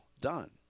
done